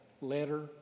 letter